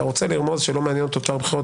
אתה רוצה לרמוז שלא מעניין אותו טוהר בחירות,